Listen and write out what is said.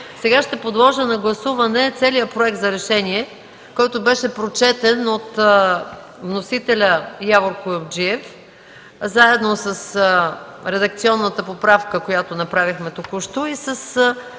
Сега ще подложа на гласуване целия проект за решение, който беше прочетен от вносителя Явор Куюмджиев, заедно с редакционната поправка, която направихме току-що, и с